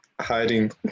hiding